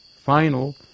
final